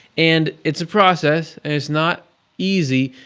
and it's a process, and it's not easy,